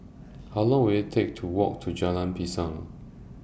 How Long Will IT Take to Walk to Jalan Pisang